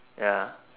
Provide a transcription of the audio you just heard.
ya